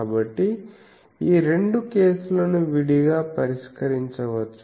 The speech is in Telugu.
కాబట్టి ఈ రెండు కేసులను విడిగా పరిష్కరించవచ్చు